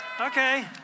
Okay